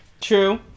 True